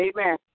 amen